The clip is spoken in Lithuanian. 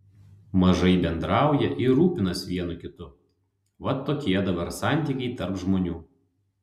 mažai bendrauja ir rūpinas viens kitu vat tokie dabar santykiai tarp žmonių